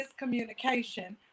miscommunication